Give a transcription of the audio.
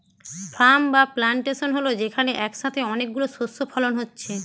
farm বা plantation হল যেখানে একসাথে অনেক গুলো শস্য ফলন হচ্ছে